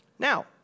Now